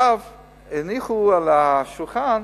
הניחו על השולחן